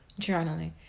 journaling